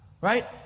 right